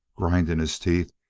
grinding his teeth,